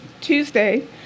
Tuesday